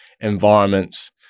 environments